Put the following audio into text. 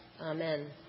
amen